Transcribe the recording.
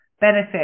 benefit